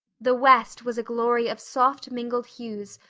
the west was a glory of soft mingled hues,